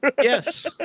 Yes